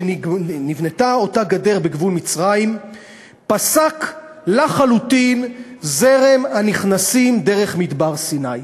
מאז נבנתה אותה גדר בגבול מצרים פסק לחלוטין זרם הנכנסים דרך מדבר סיני.